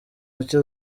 muke